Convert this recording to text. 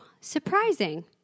surprising